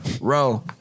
Row